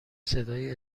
صدای